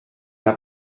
n’a